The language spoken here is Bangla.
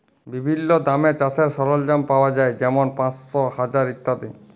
বিভিল্ল্য দামে চাষের সরল্জাম পাউয়া যায় যেমল পাঁশশ, হাজার ইত্যাদি